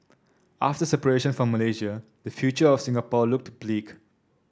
after separation from Malaysia the future of Singapore looked bleak